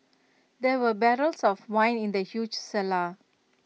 there were barrels of wine in the huge cellar